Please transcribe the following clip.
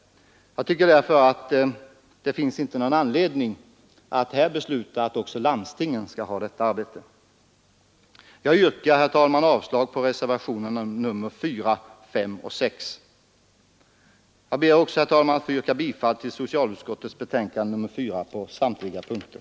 Jag tycker därför att det inte finns någon anledning att här besluta att också landstingen skall ha detta arbete. Herr talman! Jag yrkar avslag på reservationerna 4, 5 och 6 och bifall till socialutskottets hemställan på samtliga punkter.